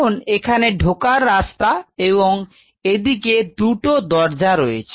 এখন এখানে ঢোকার রাস্তা এবং এদিকে দুটো দরজা রয়েছে